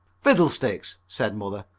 fiddlesticks! said mother.